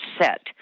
set